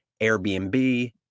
Airbnb